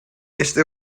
este